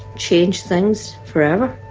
changed things forever